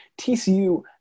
TCU